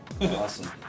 Awesome